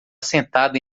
sentada